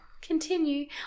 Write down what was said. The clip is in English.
continue